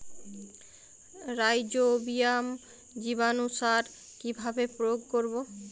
Rhizobium জীবানুসার কিভাবে প্রয়োগ করব?